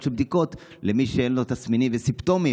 של בדיקות למי שאין לו תסמינים וסימפטומים.